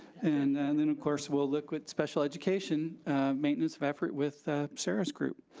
and and then of course we'll look with special education maintenance of effort with sarah's group.